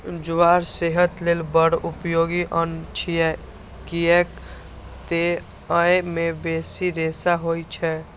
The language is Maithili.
ज्वार सेहत लेल बड़ उपयोगी अन्न छियै, कियैक तं अय मे बेसी रेशा होइ छै